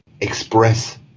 express